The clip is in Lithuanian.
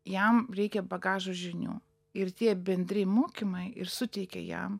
jam reikia bagažo žinių ir tie bendri mokymai ir suteikia jam